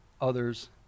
others